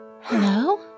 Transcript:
Hello